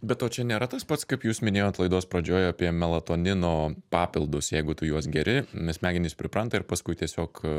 bet o čia nėra tas pats kaip jūs minėjot laidos pradžioj apie melatonino papildus jeigu tu juos geri m smegenys pripranta ir paskui tiesiog